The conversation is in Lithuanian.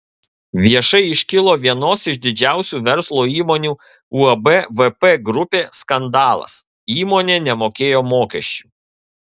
viešai iškilo vienos iš didžiausių verslo įmonių uab vp grupė skandalas įmonė nemokėjo mokesčių